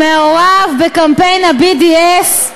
מעורב בקמפיין ה-BDS,